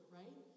right